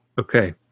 Okay